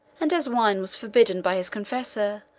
and as wine was forbidden by his confessor,